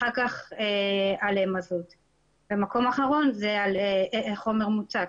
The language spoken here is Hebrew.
ואחר כך על מזוט; ומקום אחרון זה על חומר מוצק,